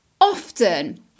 Often